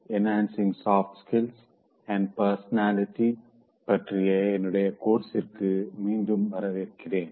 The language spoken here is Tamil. enhancing soft skills and personality பற்றிய என்னுடைய கோர்ஸிர்க்கு மீண்டும் வரவேற்கிறேன்